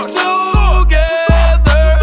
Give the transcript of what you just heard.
together